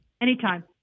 Anytime